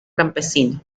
campesino